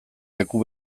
leku